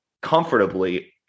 comfortably